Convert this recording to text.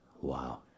Wow